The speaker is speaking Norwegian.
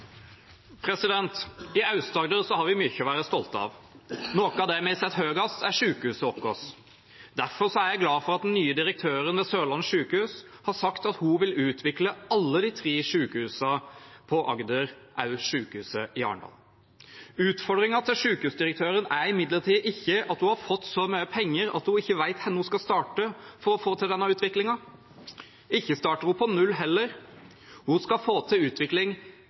vi setter høyest, er sykehusene våre. Derfor er jeg glad for at den nye direktøren ved Sørlandet sykehus har sagt at hun vil utvikle alle de tre sykehusene på Agder – også sykehuset i Arendal. Utfordringen til sykehusdirektøren er imidlertid ikke at hun har fått så mye penger at hun ikke vet hvor hun skal starte for å få til denne utviklingen. Ikke starter hun på null heller. Hun skal få til utvikling